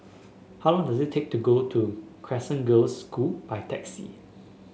how long does it take to go to Crescent Girls' School by taxi